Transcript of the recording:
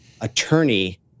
attorney